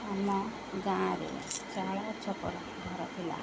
ଆମ ଗାଁରେ ଚାଳ ଛପର ଘର ଥିଲା